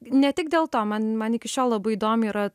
ne tik dėl to man man iki šiol labai įdomi yra